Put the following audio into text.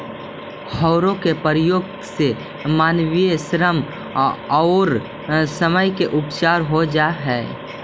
हौरो के प्रयोग से मानवीय श्रम औउर समय के बचत हो जा हई